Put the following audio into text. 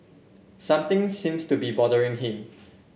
something seems to be bothering him